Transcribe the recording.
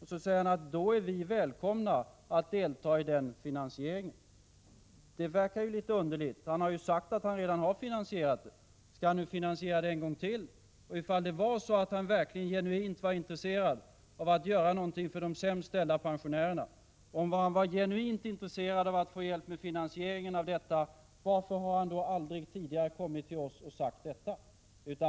Då skall vi andra vara välkomna att delta i finansieringen. Det där verkar litet underligt. Han har ju sagt att han redan har finansierat detta. Skall han nu finansiera det en gång till? Om finansministern verkligen var genuint intresserad av att göra något för de sämst ställda pensionärerna och av att få hjälp med finansieringen, varför har han då aldrig tidigare kommit till oss och sagt det?